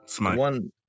one